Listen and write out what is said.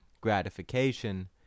gratification